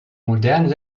modernen